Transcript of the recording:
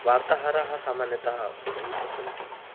वार्ताहाराः सामान्यतः बहुत्र सन्ति